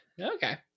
Okay